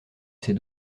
ses